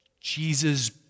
Jesus